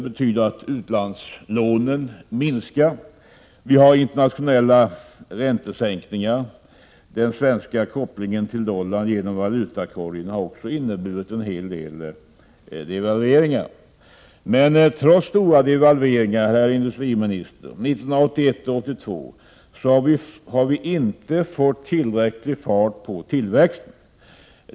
betyder att utlandslånen minskar. Vidare har internationella räntesänkningar gynnat oss, och den svenska kopplingen till dollarn genom valutakorgen har fört med sig några devalveringar. Trots de stora devalveringarna i vårt land åren 1981 och 1982 har vi, herr industriministern, inte fått tillräcklig fart på tillväxten.